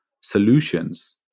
solutions